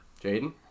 Jaden